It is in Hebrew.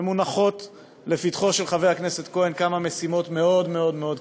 ומונחות לפתחו של חבר הכנסת כהן כמה משימות קריטיות מאוד מאוד.